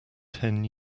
ten